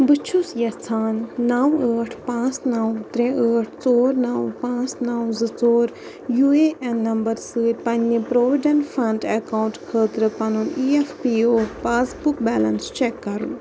بہٕ چھُس یَژھان نَو ٲٹھ پانٛژھ نَو ترٛےٚ ٲٹھ ژور نَو پانٛژھ نَو ژور یوٗ اے این نمبر سۭتۍ پنٛنہِ پرٛووِڈٮ۪نٛٹ فنٛڈ اٮ۪کاوُنٛٹ خٲطرٕ پَنُن E P F O passbook balance check کَرُن